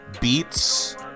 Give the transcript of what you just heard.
beats